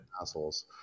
assholes